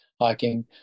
hiking